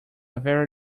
very